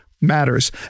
matters